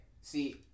see